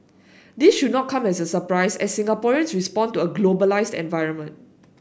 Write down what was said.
this should not come as surprise as Singaporeans respond to a globalised environment